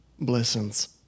Blessings